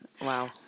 Wow